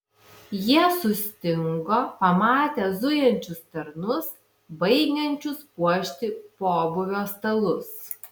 jie sustingo pamatę zujančius tarnus baigiančius puošti pobūvio stalus